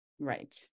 Right